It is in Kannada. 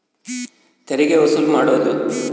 ತೆರಿಗೆ ವಸೂಲು ಮಾಡೋದು